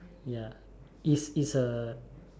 ya if it's a